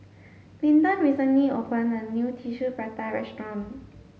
Linton recently opened a new Tissue Prata restaurant